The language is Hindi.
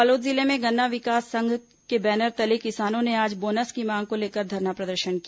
बालोद जिले में गन्ना किसान संघ के बैनर तले किसानों ने आज बोनस की मांग को लेकर धरना प्रदर्शन किया